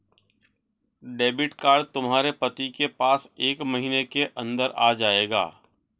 debit card तुम्हारे पति के पास एक महीने के अंदर आ जाएगा